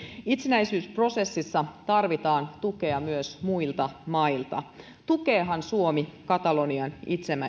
itsenäisyysprosessissa tarvitaan tukea myös muilta mailta tukeehan suomi katalonian